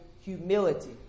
humility